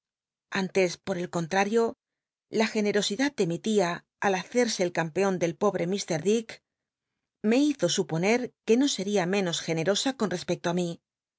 antes por el contrario la generosidad de mi tia al hacerse el campean del pobre mr dick me hizo suponer que no scria menos generosa con respecto ü mi